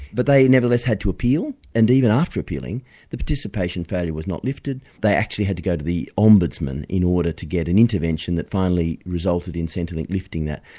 but they nevertheless had to appeal and even after appealing the participation failure was not lifted, they actually had to go to the ombudsman in order to get an intervention that finally resulted in centrelink lifting that.